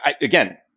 again